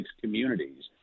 communities